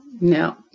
No